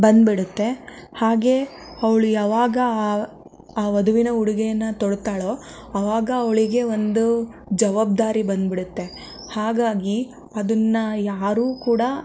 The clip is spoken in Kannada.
ಬಂದುಬಿಡತ್ತೆ ಹಾಗೆ ಅವಳು ಯಾವಾಗ ಆ ಆ ವಧುವಿನ ಉಡುಗೆಯನ್ನು ತೊಡುತ್ತಾಳೋ ಆವಾಗ ಅವಳಿಗೆ ಒಂದು ಜವಾಬ್ದಾರಿ ಬಂದುಬಿಡತ್ತೆ ಹಾಗಾಗಿ ಅದನ್ನ ಯಾರೂ ಕೂಡ